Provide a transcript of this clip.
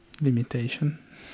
limitation